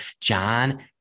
John